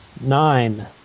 Nine